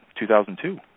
2002